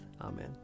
Amen